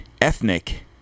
ethnic